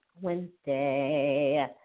Wednesday